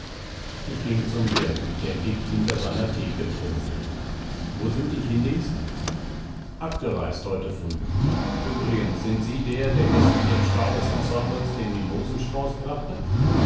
ich ging zum wirt der dick hinter seiner theke thronte wo sind die chinesen abgereist heute früh übrigens sind sie der der gestern dem star des ensembles den mimosenstrauß brachte